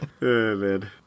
Man